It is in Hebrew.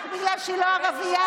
רק בגלל שהיא לא ערבייה?